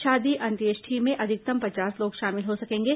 शादी अंत्येष्टी में अधिकतम पचास लोग शामिल हो सकेंगे